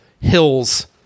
hills